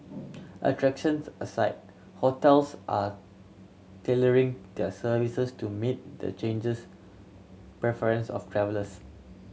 attractions aside hotels are tailoring their services to meet the changes preferences of travellers